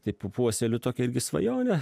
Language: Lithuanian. taip puoseliu tokią irgi svajonę